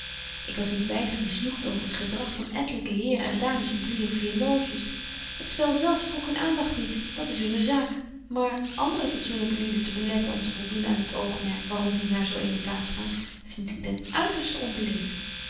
ik was niet weinig misnoegt over het gedrag van ettelyke heren en dames in drie of vier loges het spel zelf trok hun aandagt niet dat is hunne zaak maar andere fatsoenlyke lieden te beletten om te voldoen aan het oogmerk waarom die naar zo eene plaats gaan vind ik ten uitersten onbeleeft